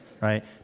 right